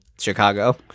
Chicago